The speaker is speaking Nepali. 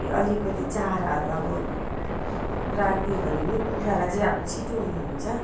के अलिकति चाराहरू अब राखिदियो भने पनि कुखुरालाई चाहिँ अब छिटो ऊ यो हुन्छ